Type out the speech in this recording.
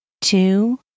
Two